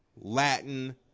Latin